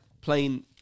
plain